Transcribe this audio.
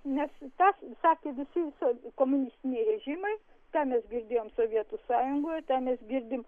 nes tą sakė visi komunistiniai režimai tą mes girdėjom sovietų sąjungoj mes girdim